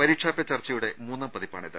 പരീക്ഷാ പേ ചർച്ചയുടെ മൂന്നാം പതിപ്പാണ് ഇത്